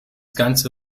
ganze